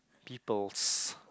peoples'